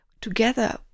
together